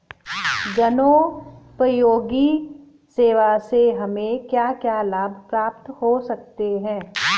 जनोपयोगी सेवा से हमें क्या क्या लाभ प्राप्त हो सकते हैं?